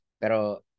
Pero